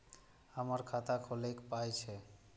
हमर खाता खौलैक पाय छै